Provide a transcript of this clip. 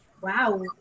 wow